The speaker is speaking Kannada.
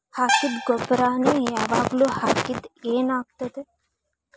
ಹಾಕಿದ್ದ ಗೊಬ್ಬರಾನೆ ಯಾವಾಗ್ಲೂ ಹಾಕಿದ್ರ ಏನ್ ಆಗ್ತದ?